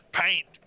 paint